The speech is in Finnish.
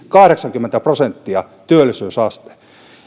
kahdeksankymmentä prosenttia